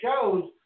shows